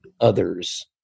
others